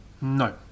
No